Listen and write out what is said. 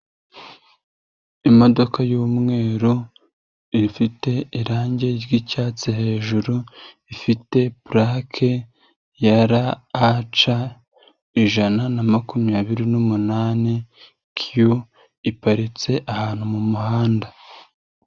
Imodoka y'umweru ifite irangi ry'icyatsi hejuru, ifite purake ya RAC ijana na makumyabiri n'umunani Q iparitse ahantu mu muhanda.